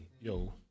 Yo